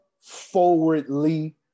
forwardly